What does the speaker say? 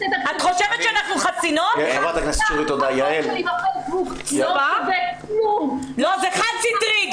זה חד סטרי.